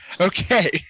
Okay